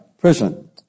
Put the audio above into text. prison